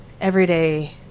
everyday